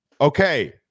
Okay